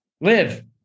live